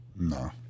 No